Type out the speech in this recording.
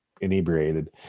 inebriated